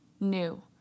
New